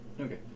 Okay